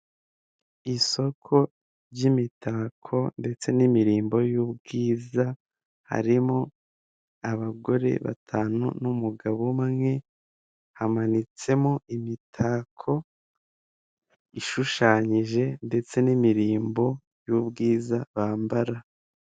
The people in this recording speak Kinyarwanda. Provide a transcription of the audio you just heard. Isoko ry'imitako ndetse n'imirimbo y'ubwiza harimo abagore batanu n'umugabo umwe hamanitsemo imitako ishushanyije ndetse n'imirimbo y'ubwiza bambara.